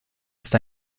ist